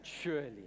surely